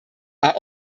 are